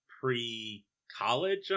pre-college